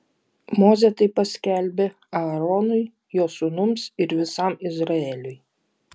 mozė tai paskelbė aaronui jo sūnums ir visam izraeliui